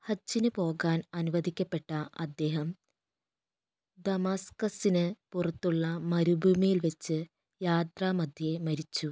ഹജ്ജിന് പോകാൻ അനുവദിക്കപ്പെട്ട അദ്ദേഹം ദമാസ്കസിന് പുറത്തുള്ള മരുഭൂമിയിൽ വെച്ച് യാത്രാമധ്യേ മരിച്ചു